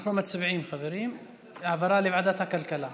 אנחנו מצביעים, חברים, על העברה לוועדת הכלכלה.